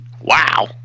Wow